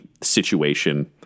situation